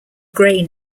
gray